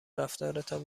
رفتارتان